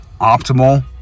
optimal